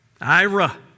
Ira